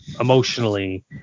emotionally